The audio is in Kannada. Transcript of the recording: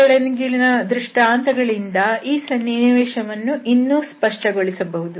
ಈ ಕೆಳಗಿನ ದೃಷ್ಟಾಂತಗಳಿಂದ ಈ ಸನ್ನಿವೇಶವನ್ನು ಇನ್ನು ಸ್ಪಷ್ಟಗೊಳಿಸಬಹುದು